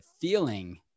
feeling